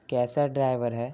کیسا ڈرائیور ہے